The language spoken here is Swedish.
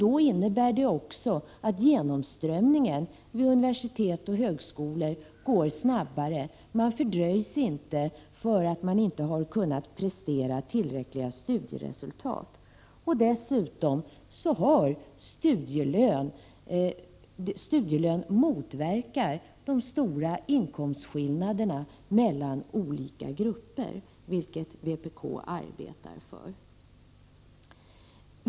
Det innebär också att genomströmningen vid universitet och högskolor blir snabbare. Man fördröjs inte för att man inte har kunnat prestera tillräckliga resultat. Dessutom motverkar studielön de stora inkomstskillnaderna mellan olika grupper, något som vpk arbetar för.